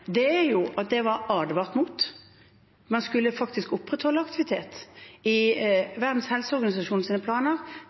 er at det var advart mot. Man skulle faktisk opprettholde aktivitet. I Verdens helseorganisasjons planer